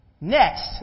Next